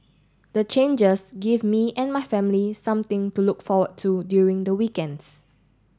the changes give me and my family something to look forward to during the weekends